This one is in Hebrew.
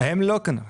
הם לא כנראה.